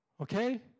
okay